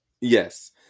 Yes